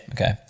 okay